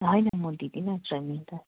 हैन म दिदिनँ त